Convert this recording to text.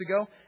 ago